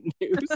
news